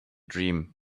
dream